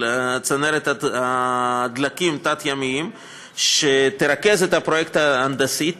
צנרת דלקים תת-ימיים שתרכז את הפרויקט ההנדסי,